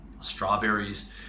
strawberries